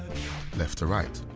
left to right.